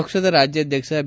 ಪಕ್ಷದ ರಾಜ್ಯಾಧ್ಯಕ್ಷ ಬಿ